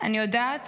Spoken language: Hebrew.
אני יודעת